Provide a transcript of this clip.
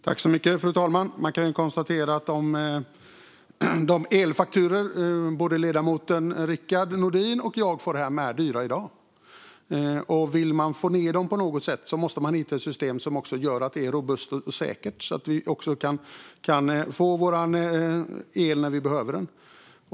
Fru talman! Man kan konstatera att de elfakturor som både ledamoten Rickard Nordin och jag får hem är dyra i dag. Vill man få ned priserna på dem på något sätt måste man hitta ett system som också gör att det är robust och säkert så att vi kan få vår el när vi behöver den.